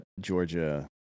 Georgia